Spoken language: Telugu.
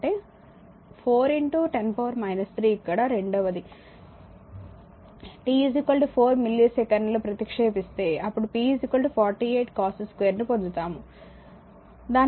అంటే 4 10 3 ఇక్కడ రెండవది t 4 మిల్లీసెకన్లు ప్రతిక్షేపిస్తే అప్పుడు p 48 cos2 ను పొందుతాము